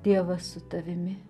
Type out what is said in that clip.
tėvas su tavimi